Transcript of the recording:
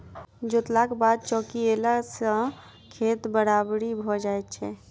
जोतलाक बाद चौकियेला सॅ खेत बराबरि भ जाइत छै